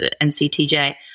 NCTJ